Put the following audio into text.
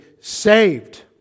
saved